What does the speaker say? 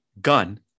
gun